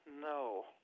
no